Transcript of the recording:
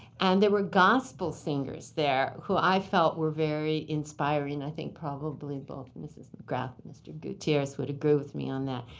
and there were gospel singers there, who i felt were very inspiring. i think probably both ms. mcgrath and mr. gutierrez would agree with me on that.